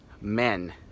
men